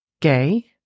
Gay